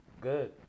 Good